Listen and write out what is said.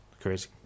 crazy